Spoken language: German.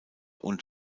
und